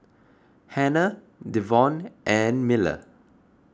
Hanna Devon and Miller